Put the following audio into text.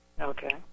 Okay